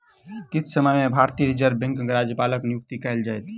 किछ समय में भारतीय रिज़र्व बैंकक राज्यपालक नियुक्ति कएल जाइत